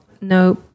no